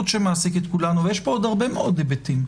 שמעסיק את כולנו אבל יש פה עוד הרבה מאוד היבטים.